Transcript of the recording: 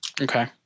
okay